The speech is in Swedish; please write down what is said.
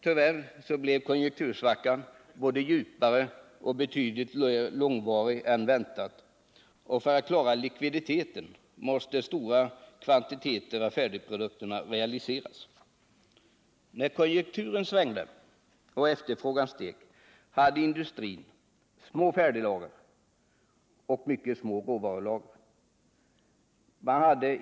Tyvärr blev konjunktursvackan både djupare och betydligt långvarigare än väntat, och för att klara likviditeten måste stora kvantiteter av färdigprodukterna realiseras. När konjunkturen svängde och efterfrågan steg hade industrin små färdiglager och mycket små råvarulager.